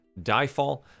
DieFall